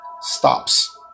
stops